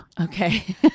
Okay